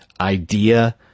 idea